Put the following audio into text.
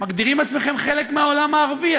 מגדירים עצמכם חלק מהעולם הערבי,